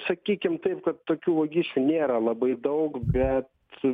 sakykim taip kad tokių vagysčių nėra labai daug bet